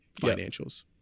financials